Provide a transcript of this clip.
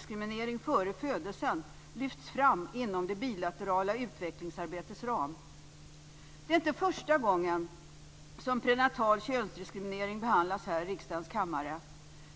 könsdiskriminering före födelsen, lyfts fram inom det bilaterala utvecklingsarbetets ram. Det är inte första gången som prenatal könsdiskriminering behandlas här i riksdagens kammare.